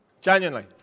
Genuinely